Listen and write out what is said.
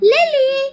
Lily